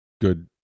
good